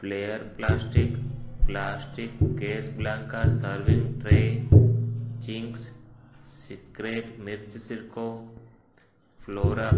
flare plastic plastic Casablanca serving टे चिंग्स secret मिर्चु सिरको फ़्लोरा